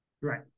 Right